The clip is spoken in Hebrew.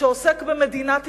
של מדינת ישראל,